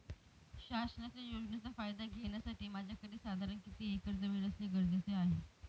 शासनाच्या योजनेचा फायदा घेण्यासाठी माझ्याकडे साधारण किती एकर जमीन असणे गरजेचे आहे?